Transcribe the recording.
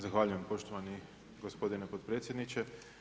Zahvaljujem poštovani gospodine potpredsjedniče.